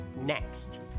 Next